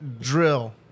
drill